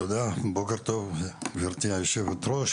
תודה רבה ובוקר טוב גברתי יושבת הראש.